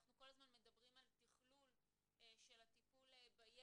אנחנו כל הזמן מדברים על תכלול של הטיפול בילד,